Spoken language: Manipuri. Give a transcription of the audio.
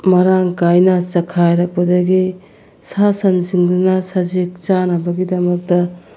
ꯃꯔꯥꯡ ꯀꯥꯏꯅ ꯆꯩꯈꯥꯏꯔꯛꯄꯗꯒꯤ ꯁꯥ ꯁꯟꯁꯤꯡꯗꯨꯅ ꯁꯖꯤꯛ ꯆꯥꯅꯕꯒꯤꯗꯃꯛꯇ